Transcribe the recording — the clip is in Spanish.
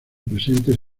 presentes